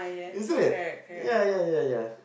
isn't it yeah yeah yeah